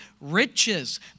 riches